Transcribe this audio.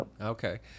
Okay